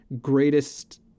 greatest